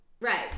Right